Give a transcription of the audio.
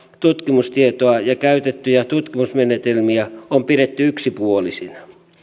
tutkimustietoa ja käytettyjä tutkimusmenetelmiä on pidetty yksipuolisina